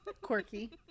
Quirky